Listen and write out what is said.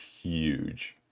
huge